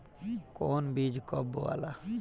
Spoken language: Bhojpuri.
कौन बीज कब बोआला?